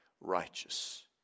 righteous